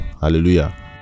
hallelujah